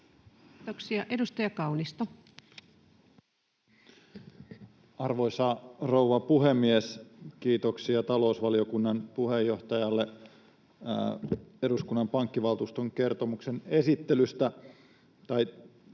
Time: 18:33 Content: Arvoisa rouva puhemies! Kiitoksia talousvaliokunnan puheenjohtajalle eduskunnan pankkivaltuuston kertomuksen esittelystä